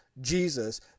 Jesus